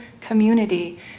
community